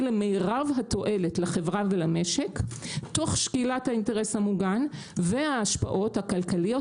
למירב התועלת לחברה ולמשק תוך שקילת האינטרס המוגן וההשפעות הכלכליות,